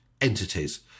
entities